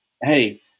hey